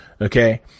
Okay